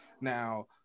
now